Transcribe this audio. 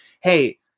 Hey